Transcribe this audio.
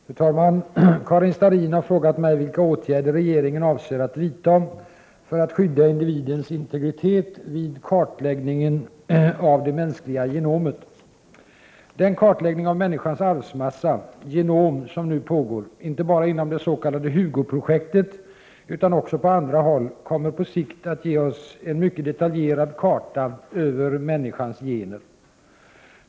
Fru talman! Karin Starrin har frågat mig vilka åtgärder regeringen avser att vidta för att skydda individens integritet vid kartläggningen av det mänskliga genomet. Den kartläggning av människans arvsmassa — genom — som nu pågår, inte bara inom det s.k. HUGO-projektet utan också på andra håll, kommer på sikt att ge oss en mycket detaljerad karta över människans gener.